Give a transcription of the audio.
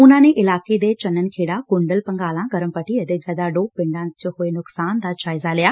ਉਨਾਂ ਇਲਾਕੇ ਦੇ ਚੰਨਣ ਖੇੜਾ ਕੁੰਡਲ ਭੰਗਾਲਾ ਕਰਮ ਪੱਟੀ ਅਤੇ ਗੋਦਾਂਡੋਬ ਪਿੰਡਾਂ ਚ ਹੋਏ ਨੁਕਸਾਨ ਦਾ ਜਾਇਜ਼ਾ ਲਿਆ